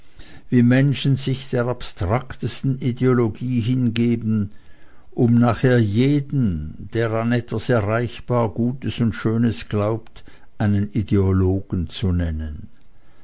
wie menschen sich der abstraktesten ideologie hingeben um nachher jeden der an etwas erreichbar gutes und schönes glaubt einen ideologen zu nennen